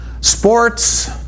Sports